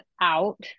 out